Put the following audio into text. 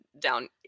down